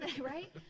right